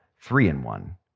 three-in-one